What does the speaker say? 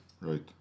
right